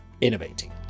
innovating